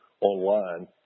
online